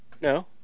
No